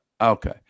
Okay